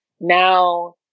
Now